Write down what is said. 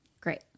Great